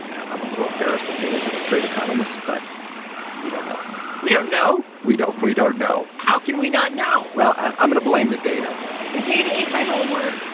i'm a little embarrassed to say this as a trade economist, but we don't know we don't know we don't we don't know how can we not know? well, i'm going to blame the data the data ate my homework